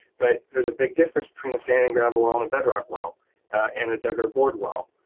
but there's a big difference between a sand and gravel well and a bedrock well and a dug or bored well.